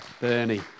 Bernie